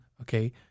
okay